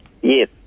Yes